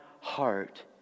heart